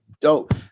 dope